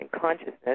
consciousness